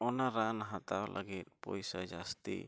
ᱚᱱᱟ ᱨᱟᱱ ᱦᱟᱛᱟᱣ ᱞᱟᱹᱜᱤᱫ ᱯᱩᱭᱥᱟ ᱡᱟᱹᱥᱛᱤ